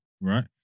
right